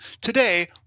Today